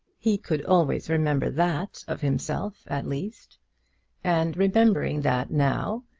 he could always remember that of himself at least and remembering that now,